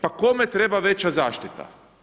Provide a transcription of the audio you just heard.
Pa kome treba veća zaštita?